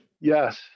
Yes